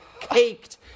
caked